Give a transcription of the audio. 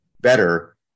better